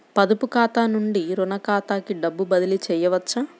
పొదుపు ఖాతా నుండీ, రుణ ఖాతాకి డబ్బు బదిలీ చేయవచ్చా?